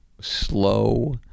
slow